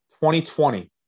2020